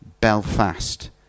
Belfast